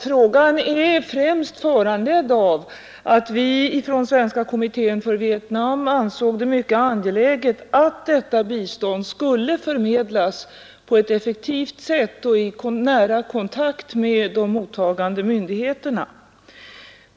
Frågan är främst föranledd av att vi inom Svenska kommittén för Vietnam ansåg det mycket angeläget att detta bistånd skulle förmedlas på ett effektivt sätt och i nära kontakt med de mottagande myndigheterna.